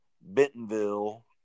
Bentonville